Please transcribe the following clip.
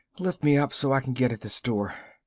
lift me up so i can get at this door.